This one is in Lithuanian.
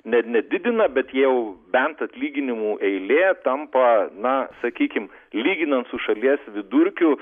net nedidina bet jau bent atlyginimų eilė tampa na sakykim lyginant su šalies vidurkiu